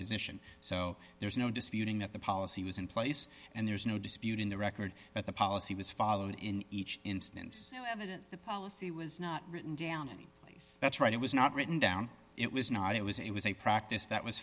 position so there's no disputing that the policy was in place and there's no dispute in the record that the policy was followed in each instance no evidence the policy was not written down and that's right it was not written down it was not it was it was a practice that was